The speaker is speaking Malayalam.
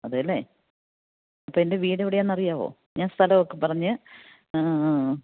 അതുതന്നെ അപ്പോള് എൻ്റെ വീട് എവിടെയാണെന്ന് അറിയാമോ ഞാൻ സ്ഥലമൊക്കെ പറഞ്ഞ്